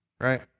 Right